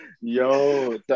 Yo